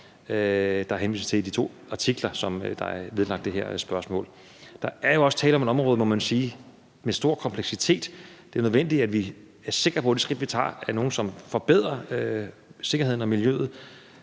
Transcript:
der henvises til i de to artikler, der er vedlagt det her spørgsmål. Der er jo også tale om et område, må man sige, med stor kompleksitet. Det er nødvendigt, at vi er sikre på, at de skridt, vi tager, er nogle, som forbedrer sikkerheden og miljøet.